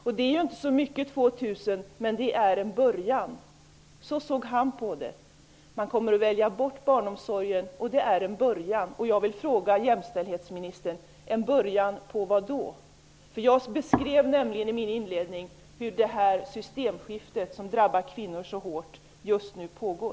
2 000 kronor är inte så mycket, men det är en början. Så såg han på det: Man kommer att välja bort barnomsorgen, och det är en början. Jag vill fråga jämställdhetsministern: En början på vad då? I mitt inledande anförande beskrev jag nämligen hur detta systemskifte, som drabbar kvinnor så hårt, just nu pågår.